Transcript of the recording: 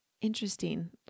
interesting